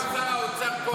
כמו שאמר שר האוצר קודם.